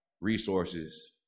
resources